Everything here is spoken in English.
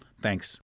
thanks